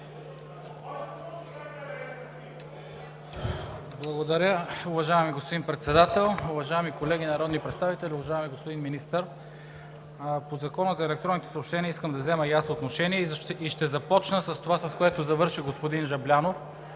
Благодаря, уважаеми господин Председател. Уважаеми колеги народни представители, уважаеми господин Министър! По Закона за електронните съобщения искам да взема и аз отношение и ще започна с това, с което завърши господин Жаблянов,